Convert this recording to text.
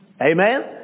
amen